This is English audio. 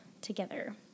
together